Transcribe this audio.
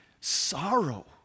sorrow